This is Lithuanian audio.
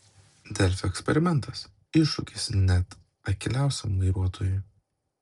delfi eksperimentas iššūkis net akyliausiam vairuotojui